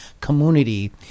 community